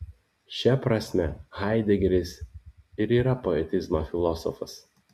šia prasme haidegeris ir yra poetizmo filosofas